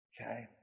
Okay